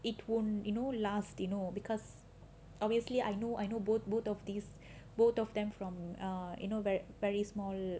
it won't you know last you know because obviously I know I know both both of these both of them from err you know very very small